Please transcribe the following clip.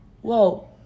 whoa